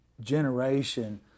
generation